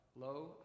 Lo